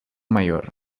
mayor